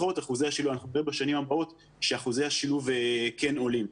אחרות אנחנו נראה בשנים הבאות שאחוזי השילוב כן עולים.